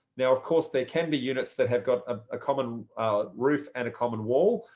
now of course there can be units that have got a common roof and a common wall.